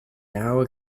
our